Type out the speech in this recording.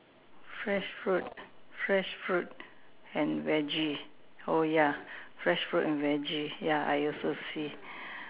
fresh fruit fresh fruit and Veggie oh ya fresh fruit and Veggie ya I also see